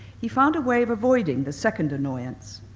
he found a way of avoiding the second annoyance.